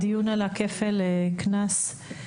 כפל הקנס.